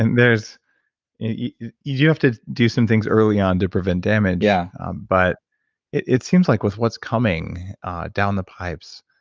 and you you have to do some things early on to prevent damage, yeah um but it it seems like with what's coming down the pipes.